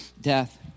death